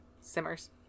simmers